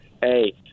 Hey